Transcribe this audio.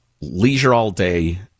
leisure-all-day